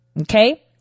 Okay